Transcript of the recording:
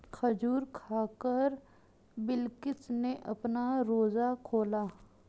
खजूर खाकर बिलकिश ने अपना रोजा खोला